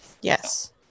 yes